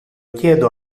chiedo